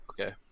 Okay